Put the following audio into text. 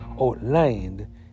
outlined